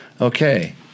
okay